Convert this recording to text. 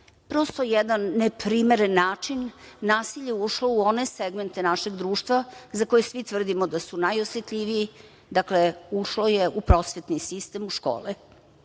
prosto jedan neprimeren način nasilje ušlo u one segmente našeg društva za koje svi tvrdimo da su najosetljiviji, dakle ušlo je u prosvetni sistem, u škole.